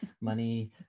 Money